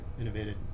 innovated